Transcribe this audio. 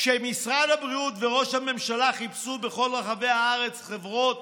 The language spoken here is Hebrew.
כשמשרד הבריאות וראש הממשלה חיפשו בכל רחבי הארץ חברות